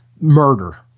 murder